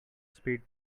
speed